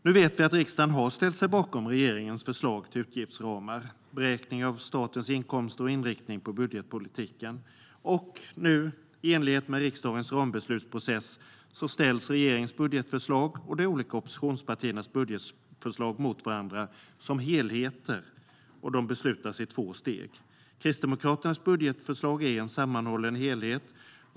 Nu vet vi att riksdagen har ställt sig bakom regeringens förslag till utgiftsramar, beräkning av statens inkomster och inriktning på budgetpolitiken. Och i enlighet med riksdagens rambeslutsprocess ställs nu regeringens budgetförslag och de olika oppositionspartiernas budgetförslag mot varandra som helheter och beslutas i två steg. Kristdemokraternas budgetförslag är en sammanhållen helhet.